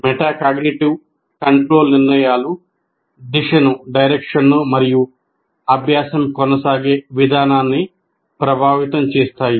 metacognitive control నిర్ణయాలు దిశను మరియు అభ్యాసం కొనసాగే విధానాన్ని ప్రభావితం చేస్తాయి